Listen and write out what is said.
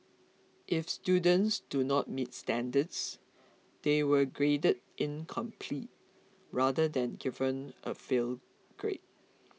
if students do not meet standards they were graded incomplete rather than given a fail grade